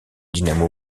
dynamo